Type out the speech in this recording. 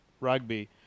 rugby